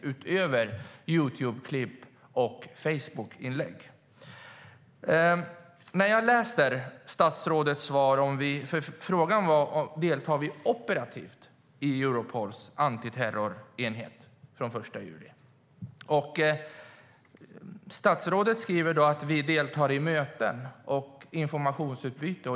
Därutöver finns Youtubeklipp och Facebookinlägg. Frågan var om vi deltar operativt i Europols antiterrorenhet från den 1 juli. Statsrådet säger i svaret att vi deltar i möten och har ett informationsutbyte.